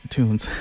tunes